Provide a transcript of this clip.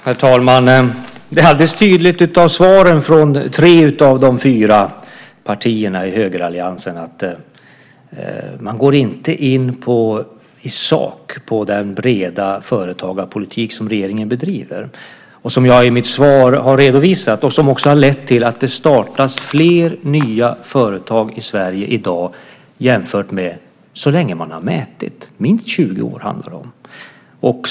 Herr talman! Det är alldeles tydligt av svaren från tre av de fyra partierna i högeralliansen att man inte går in i sak på den breda företagarpolitik som regeringen bedriver, som jag i mitt svar har redovisat och som också har lett till att det startas fler nya företag i Sverige i dag än under hela den tid man har mätt. Minst 20 år handlar det om.